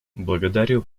благодарю